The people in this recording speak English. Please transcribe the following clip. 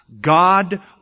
God